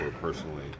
personally